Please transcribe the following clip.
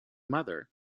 mother